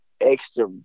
extra